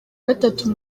gatatu